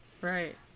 Right